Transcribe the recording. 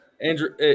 andrew